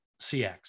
CX